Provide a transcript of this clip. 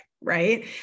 Right